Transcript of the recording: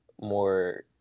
more